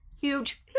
huge